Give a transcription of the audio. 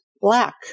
black